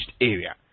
area